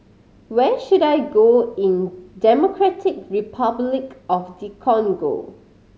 where should I go in Democratic Republic of the Congo